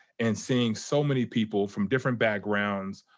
and seeing so many people from different backgrounds,